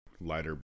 lighter